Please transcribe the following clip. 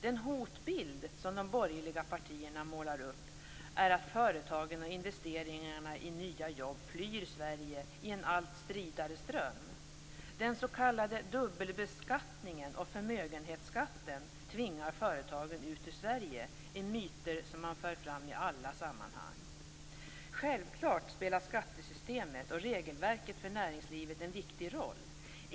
Den hotbild som de borgerliga partierna målar upp är att företagen och investeringarna i nya jobb flyr Sverige i en allt stridare ström. Att den s.k. dubbelbeskattningen och förmögenhetsskatten tvingar företagen ut ur Sverige är myter som man för fram i alla sammanhang. Självklart spelar skattesystemet och regelverket för näringslivet en viktig roll.